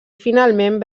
finalment